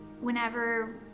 whenever